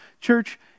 church